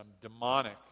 demonic